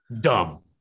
Dumb